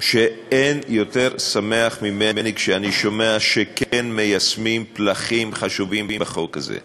שאין יותר שמח ממני כשאני שומע שכן מיישמים פלחים חשובים בדוח הזה,